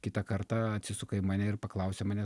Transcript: kitą kartą atsisuka į mane ir paklausia manęs